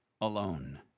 alone